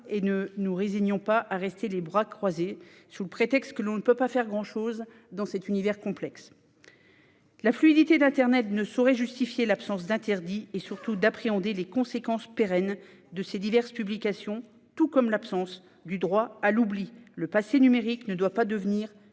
et ne nous résignons pas à rester les bras croisés au prétexte que l'on ne peut pas faire grand-chose dans cet univers complexe. La fluidité d'internet ne saurait justifier l'absence d'interdits ni surtout d'appréhension des conséquences pérennes de ces diverses publications, tout comme l'absence du droit à l'oubli. Le passé numérique ne doit pas devenir